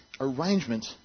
arrangement